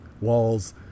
Walls